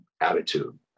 attitude